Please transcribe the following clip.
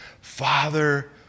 father